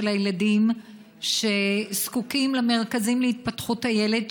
הילדים שזקוקים למרכזים להתפתחות הילד,